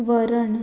वरण